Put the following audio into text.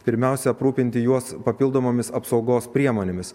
pirmiausia aprūpinti juos papildomomis apsaugos priemonėmis